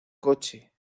coche